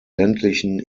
ländlichen